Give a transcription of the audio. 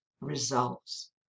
results